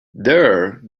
there